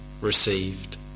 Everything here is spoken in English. received